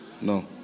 No